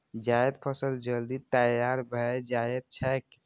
जायद फसल जल्दी तैयार भए जाएत छैक